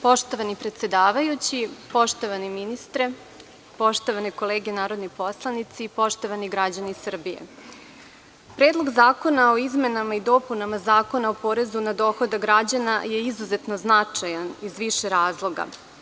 Poštovani predsedavajući, poštovani ministre, poštovane kolege narodni poslanici, poštovani građani Srbije, Predlog zakona o izmenama i dopunama Zakona o porezu za dohodak građana je izuzetno značajan iz više razloga.